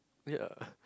oh ya